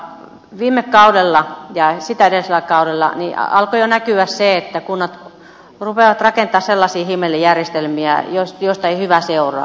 viime kaudella ja sitä edellisellä kaudella alkoi jo näkyä se että kunnat rupeavat rakentamaan sellaisia himmelijärjestelmiä joista ei hyvä seuraa